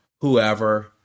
whoever